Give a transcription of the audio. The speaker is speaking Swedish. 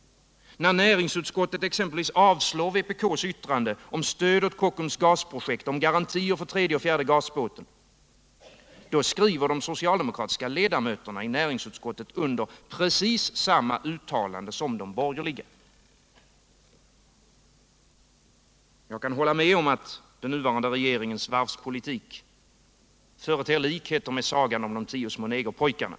När näringsutskottet exempelvis avslår vpk:s yrkande om stöd åt Kockums gasprojekt och om garantier för tredje och fjärde gasbåten, då skriver de socialdemokratiska ledamöterna av näringsutskottet under precis samma uttalande som de borgerliga. Jag kan hålla med om att den nuvarande regeringens varvspolitik företer likheter med sagan om de tio små negerpojkarna.